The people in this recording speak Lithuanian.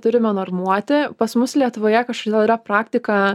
turime normuoti pas mus lietuvoje kažkodėl yra praktika